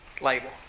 label